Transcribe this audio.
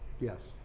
Yes